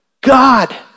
God